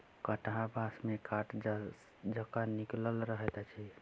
कंटहा बाँस मे काँट जकाँ निकलल रहैत अछि